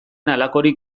halakorik